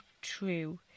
true